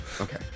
Okay